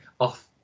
off